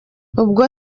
ubwo